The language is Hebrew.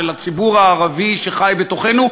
של הציבור הערבי שחי בתוכנו,